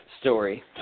story